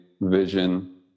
vision